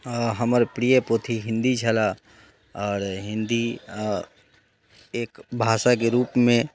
हमर प्रिय पोथी हिन्दी छलय आओर हिन्दी एक भाषाके रूपमे